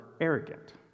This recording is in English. arrogant